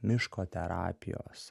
miško terapijos